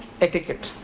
etiquette